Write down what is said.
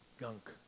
gunk